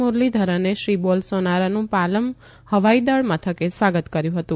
મુરલીધરને શ્રી બોલ સોનારોનું પાલમ હવાઈદળ મથકે સ્વાગત કર્યું હતું